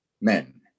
men